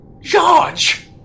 George